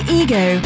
ego